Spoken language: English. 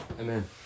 Amen